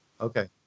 Okay